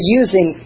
using